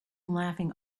laughing